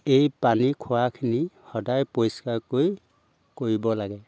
এই পানী খোৱাখিনি সদায় পৰিষ্কাৰকৈ কৰিব লাগে